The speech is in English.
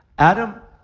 adam